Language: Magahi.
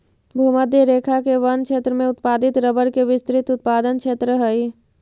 भूमध्य रेखा के वन क्षेत्र में उत्पादित रबर के विस्तृत उत्पादन क्षेत्र हइ